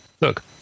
look